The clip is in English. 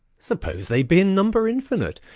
suppose they be in number infinite,